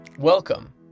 Welcome